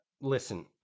Listen